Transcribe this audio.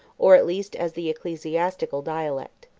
or at least as the ecclesiastical dialect.